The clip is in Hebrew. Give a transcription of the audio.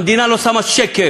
המדינה לא שמה שקל.